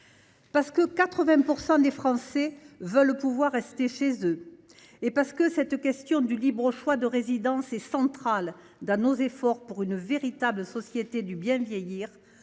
Parce que 80 % des Français veulent pouvoir rester chez eux et parce que la question du libre choix de résidence est centrale pour arriver à une véritable société du bien vieillir,